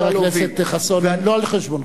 חבר הכנסת חסון, לא על חשבונך,